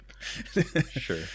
Sure